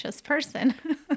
person